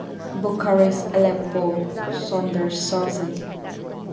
ꯕꯨꯈꯔꯦꯁ ꯑꯦꯂꯦꯞꯄꯣ ꯁꯣꯟꯗꯔ ꯁꯥꯖꯟ